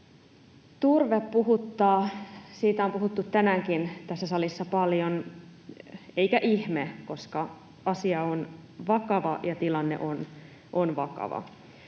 Turve puhuttaa. Siitä on puhuttu tänäänkin tässä salissa paljon, eikä ihme, koska asia on vakava ja tilanne on vakava.